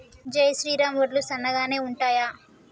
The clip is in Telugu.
జై శ్రీరామ్ వడ్లు సన్నగనె ఉంటయా?